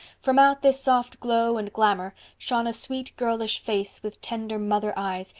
from out this soft glow and glamor shone a sweet, girlish face, with tender mother eyes,